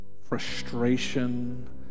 frustration